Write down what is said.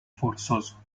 forzoso